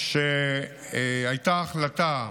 שהייתה החלטה